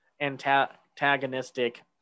antagonistic